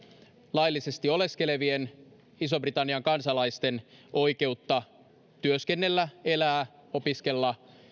laillisesti oleskelevien ison britannian kansalaisten oikeutta työskennellä elää opiskella